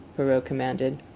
perrault commanded.